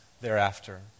thereafter